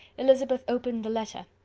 elizabeth opened the letter,